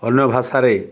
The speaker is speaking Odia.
ଅନ୍ୟ ଭାଷାରେ